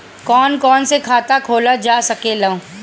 कौन कौन से खाता खोला जा सके ला?